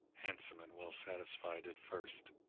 handsome and well-satisfied at first,